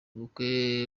ubukwe